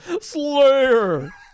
Slayer